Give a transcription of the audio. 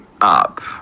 up